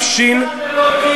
מה זה משנה?